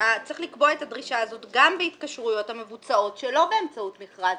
שצריך לקבוע את הדרישה הזאת גם בהתקשרויות המבוצעות שלא באמצעות מכרז.